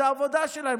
זו העבודה שלהם,